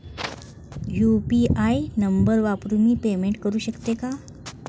UPI number वापरून मी payment करू शकते का?